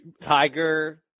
Tiger